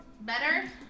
Better